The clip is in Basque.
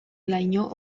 laino